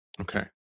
Okay